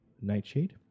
Nightshade